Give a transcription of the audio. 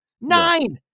Nine